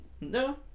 No